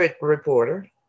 reporter